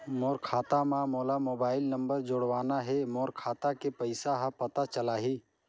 मोर खाता मां मोला मोबाइल नंबर जोड़वाना हे मोर खाता के पइसा ह पता चलाही?